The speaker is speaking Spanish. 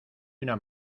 una